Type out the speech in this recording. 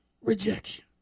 rejection